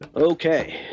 Okay